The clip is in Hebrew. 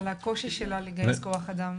מעצר.